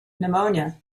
pneumonia